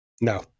No